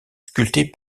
sculpté